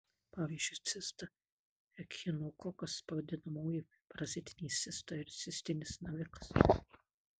pavyzdžiui cista echinokokas vadinamoji parazitinė cista ir cistinis navikas